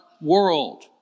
world